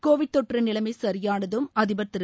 Covid தொற்று நிலைமை சரியானதும் அதிபர் திரு